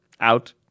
Out